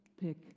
pick